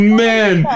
man